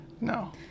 no